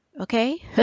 okay